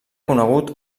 conegut